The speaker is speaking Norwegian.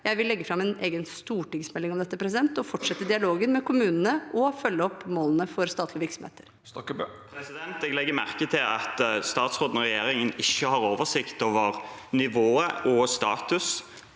Jeg vil legge fram en egen stortingsmelding om dette, fortsette dialogen med kommunene og følge opp målene for statlige virksomheter. Aleksander Stokkebø (H) Jeg legger merke til at statsråden og regjeringen ikke har oversikt over nivået og status